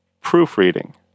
proofreading